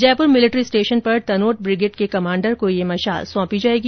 Jaipur military station पर Tanot brigade के commander को यह मशाल सौंपी जाएगी